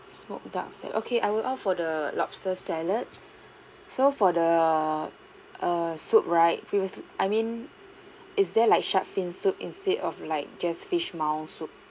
smoked duck salad okay I would opt for the lobster salad so for the err soup right previously I mean is there like shark fin soup instead of like just fish maw soup